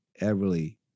Everly